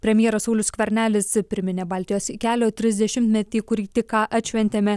premjeras saulius skvernelis priminė baltijos kelio trisdešimtmetį kurį tik ką atšventėme